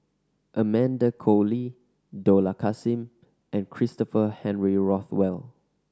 Amanda Koe Lee Dollah Kassim and Christopher Henry Rothwell